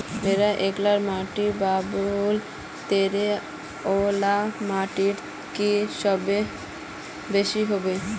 मोर एलाकार माटी बालू जतेर ओ ला माटित की बेसी हबे?